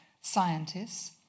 scientists